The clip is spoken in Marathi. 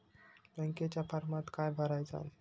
बँकेच्या फारमात काय भरायचा?